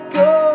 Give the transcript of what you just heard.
go